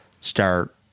start